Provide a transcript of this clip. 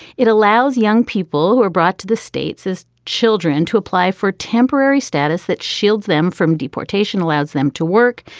it allows young people who are brought to the states as children to apply for temporary status that shield them from deportation, allows them to work.